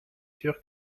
sûr